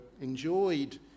enjoyed